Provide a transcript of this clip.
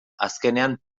azkenean